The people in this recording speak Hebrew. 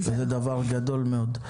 זה דבר גדול מאוד,